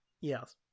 Yes